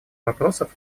вопросов